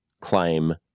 claim